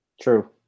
True